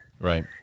Right